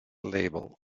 label